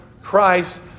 Christ